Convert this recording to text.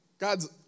God's